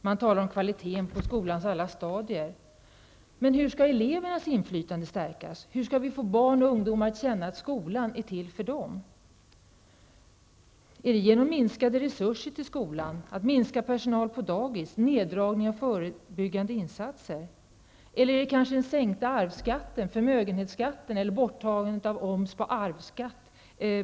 Där talas det om kvaliteten på skolans alla stadier. Men hur skall elevernas inflytande stärkas? Hur skall vi få barn och ungdomar att känna att skolan är till för dem? Skall det ske genom minskade resurser till skolan, genom minskad personal på dagis eller neddragning av förebyggande insatser? Eller skall det ske genom sänkningen av arvsskatten och förmögenhetsskatten eller borttagandet av momsen på aktieköp?